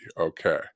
okay